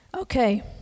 Okay